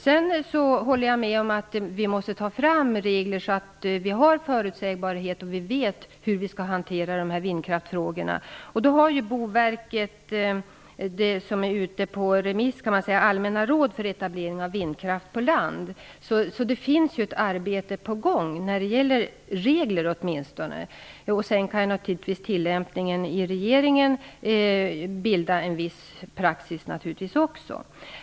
Jag håller med om att det måste tas fram regler så att vi vet hur vindkraftfrågorna skall hanteras. Det måste finnas förutsägbarhet. Boverket har ett förslag om allmänna råd för etablering av vindkraft på land ute på remiss. Det är alltså ett arbete på gång när det åtminstone gäller regler. Regeringens tillämpning kan också bilda en viss praxis.